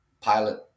pilot